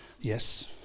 Yes